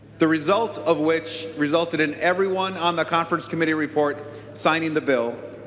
the result of which resulted in everyone on the conference committee report signing the bill